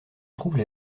trouvent